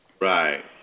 Right